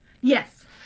Yes